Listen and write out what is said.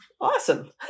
Awesome